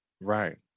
Right